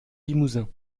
limousin